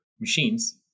machines